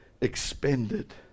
expended